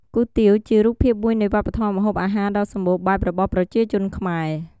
គុយទាវ ជារូបភាពមួយនៃវប្បធម៌ម្ហូបអាហារដ៏សម្បូរបែបរបស់ប្រជាជនខ្មែរ។